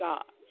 God